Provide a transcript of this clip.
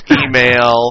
email